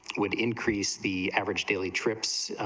would increase the average daily trips,